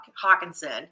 Hawkinson